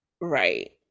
Right